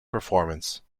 performance